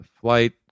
flight